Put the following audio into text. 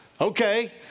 Okay